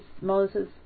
Moses